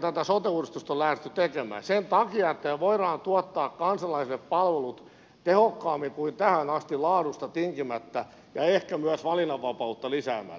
tätä sote uudistusta on lähdetty tekemään sen takia että me voimme tuottaa kansalaisille palvelut tehokkaammin kuin tähän asti laadusta tinkimättä ja ehkä myös valinnanvapautta lisäämällä